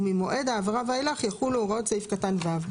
וממועד ההעברה ואילך יחולו הוראות סעיף קטן (ו)'.